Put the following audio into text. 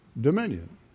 dominion